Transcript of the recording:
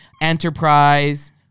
enterprise